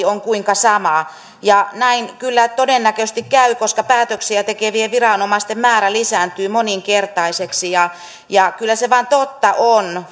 on kuinka sama ja näin kyllä todennäköisesti käy koska päätöksiä tekevien viranomaisten määrä lisääntyy moninkertaiseksi ja ja kyllä se vain totta on